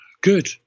Good